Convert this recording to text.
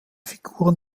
figuren